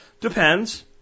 Depends